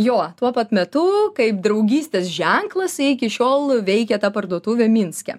jo tuo pat metu kaip draugystės ženklas iki šiol veikia ta parduotuvė minske